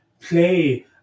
play